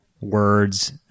Words